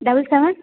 double seven